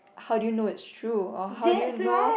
how do you know it's true or how do you know